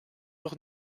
toch